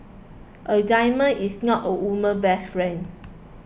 a diamond is not a woman's best friend